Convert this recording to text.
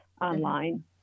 online